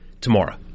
tomorrow